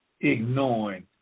ignoring